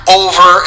over